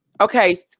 Okay